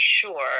sure